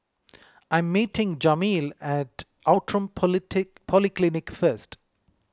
I am meeting Jameel at Outram politic Polyclinic first